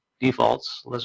defaults